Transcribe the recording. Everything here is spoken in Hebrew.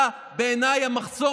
אתה בעיניי המחסום.